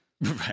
Right